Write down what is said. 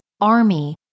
army